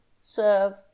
serve